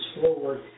forward